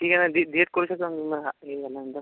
ठीक आहे नं डी एड डी एड करू शकता हे झाल्यानंतर